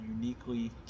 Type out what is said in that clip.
uniquely